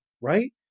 Right